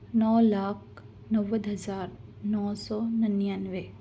نو لاکھ نو ہزار نو سو ننانوے